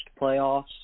playoffs